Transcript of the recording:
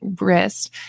wrist